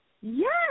Yes